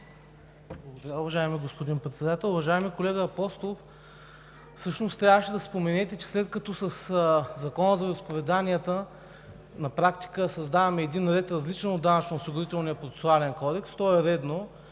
Благодаря, уважаеми господин Председател. Уважаеми колега Апостолов, трябваше да споменете, че след като със Закона за вероизповеданията на практика създаваме един различен ред от Данъчно-осигурителния процесуален кодекс, то е редно